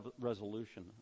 resolution